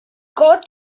got